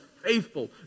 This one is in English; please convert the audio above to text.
faithful